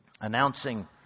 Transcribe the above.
announcing